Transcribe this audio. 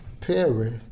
Perry